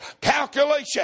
calculation